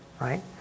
right